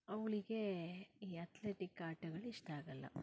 ಅವಳಿಗೆ ಈ ಅತ್ಲೆಟಿಕ್ ಆಟಗಳು ಇಷ್ಟ ಆಗೋಲ್ಲ